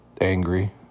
angry